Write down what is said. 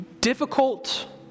difficult